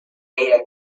beta